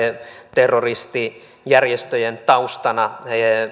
terroristijärjestöjen taustana